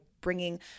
bringing